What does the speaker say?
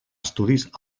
estudis